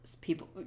People